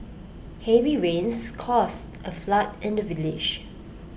heavy rains caused A flood in the village